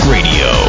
Radio